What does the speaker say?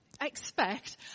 expect